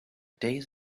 days